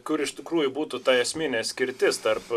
kur iš tikrųjų būtų ta esminė skirtis tarp